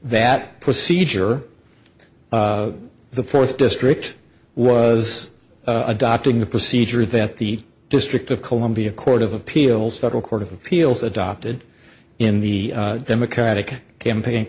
that procedure the fourth district was adopting the procedure that the district of columbia court of appeals federal court of appeals adopted in the democratic campaign